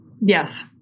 Yes